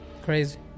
crazy